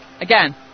again